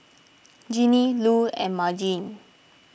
Ginny Lu and Margene